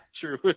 True